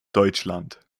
deutschland